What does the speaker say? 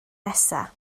nesaf